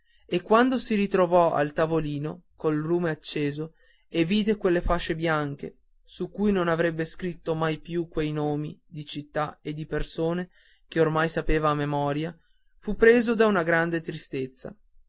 e quando si ritrovò al tavolino col lume acceso e vide quelle fasce bianche su cui non avrebbe scritto mai più quei nomi di città e di persone che oramai sapeva a memoria fu preso da una grande tristezza